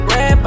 Red